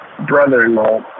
Brother-in-law